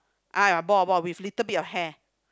ah ya bald bald with little bit of hair